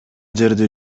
жерде